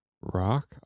Rock